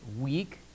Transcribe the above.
weak